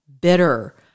bitter